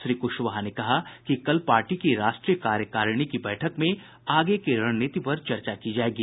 श्री कुशवाहा ने कहा कि कल पार्टी की राष्ट्रीय कार्यकारिणी की बैठक में आगे की रणनीति पर चर्चा की जायेगी